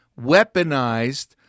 weaponized